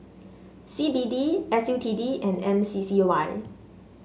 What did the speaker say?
C B D S U T D and M C C Y